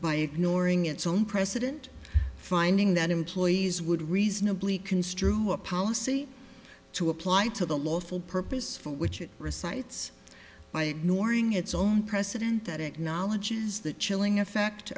by ignoring its own precedent finding that employees would reasonably construe a policy to apply to the lawful purpose for which it recites by ignoring its own precedent that acknowledges the chilling effect